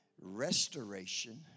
restoration